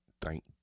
thank